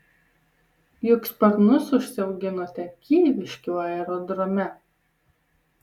juk sparnus užsiauginote kyviškių aerodrome